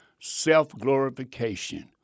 self-glorification